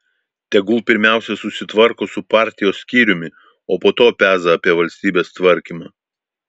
tegul pirmiau susitvarko su partijos skyriumi o po to peza apie valstybės tvarkymą